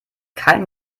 kein